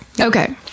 Okay